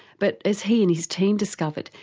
but as he and his team discovered,